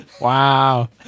Wow